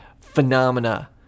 phenomena